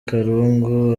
karungu